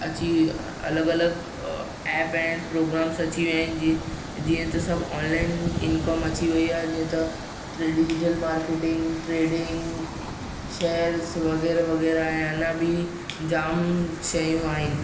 अची अलॻि अलॻि एप ऐं प्रोग्राम्स अची विया आहिनि जीअं जीअं त सभु ऑनलाइन इनकम अची वेई आहे जीअं त ट्रेडिशनल मार्केटिंग ट्रेडिंग शेयर्स वग़ैरह वग़ैरह ऐं अञा बि जाम शयूं आहिनि